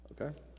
Okay